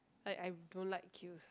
I I don't like queues